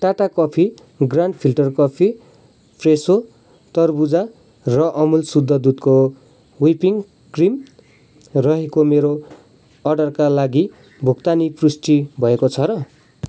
Tata coffee grand filter coffee fresho तरबुजा र अमुल शुद्ध दुधको व्हिपिङ्ग क्रिम रहेको मेरो अर्डरका लागि भुक्तानी पुष्टि भएको छ र